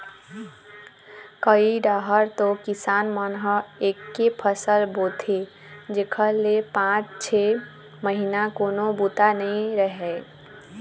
कइ डाहर तो किसान मन ह एके फसल बोथे जेखर ले पाँच छै महिना कोनो बूता नइ रहय